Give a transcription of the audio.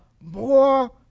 more